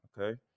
okay